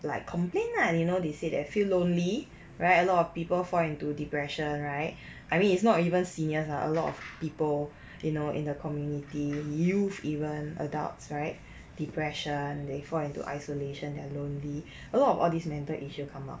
like complain lah you know they said feel lonely right a lot of people fall into depression right I mean it's not even seniors ah a lot of people you know in the community youth even adults right depression they fall into isolation they are lonely a lot of all these mental issue come up